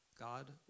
God